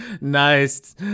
Nice